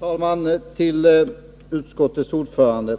Herr talman! Till utskottets ordförande vill jag säga